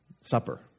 supper